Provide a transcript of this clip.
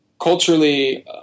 culturally